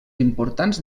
importants